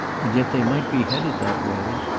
and yet they might be headed that way.